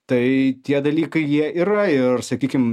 tai tie dalykai jie yra ir sakykim